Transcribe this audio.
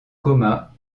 coma